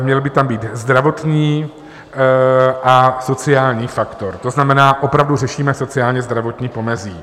Měl by tam být zdravotní a sociální faktor, to znamená, opravdu řešíme sociálně zdravotní pomezí.